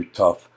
tough